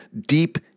deep